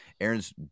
Aaron's